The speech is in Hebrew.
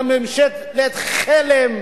"ממשלת חלם".